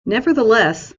nevertheless